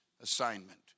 assignment